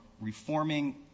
reforming